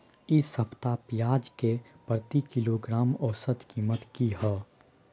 इ सप्ताह पियाज के प्रति किलोग्राम औसत कीमत की हय?